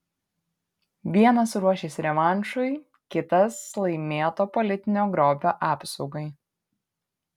vienas ruošis revanšui kitas laimėto politinio grobio apsaugai